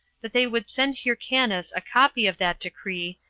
that they would send hyrcanus a copy of that decree,